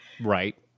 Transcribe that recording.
Right